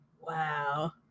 wow